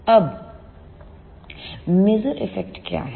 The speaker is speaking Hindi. अब मेसर इफेक्ट क्या है